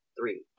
three